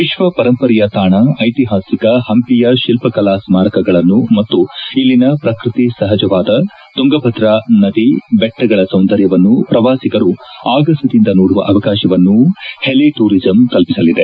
ವಿಶ್ವ ಪರಂಪರೆಯ ತಾಣ ಐತಿಹಾಸಿಕ ಹಂಪಿಯ ಶಿಲ್ಪಕಲಾ ಸ್ನಾರಕಗಳನ್ನು ಮತ್ತು ಇಲ್ಲಿನ ಪ್ರಕೃತಿ ಸಹಜವಾದ ತುಂಗಭದ್ರ ನದಿ ಬೆಟ್ಟಗಳ ಸೌಂದರ್ಯವನ್ನು ಪ್ರವಾಸಿಗರು ಆಗಸದಿಂದ ನೋಡುವ ಅವಕಾಶವನ್ನು ಹೆಲಿ ಟೂರಿಸಂ ಕಲ್ಪಸಲಿದೆ